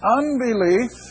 unbelief